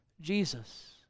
Jesus